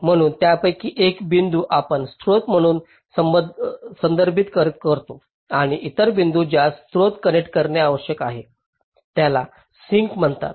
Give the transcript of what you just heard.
म्हणून यापैकी एक बिंदू आपण स्त्रोत म्हणून संदर्भित करतो आणि इतर बिंदू ज्यास स्त्रोत कनेक्ट करणे आवश्यक आहे त्याला सिंक म्हणतात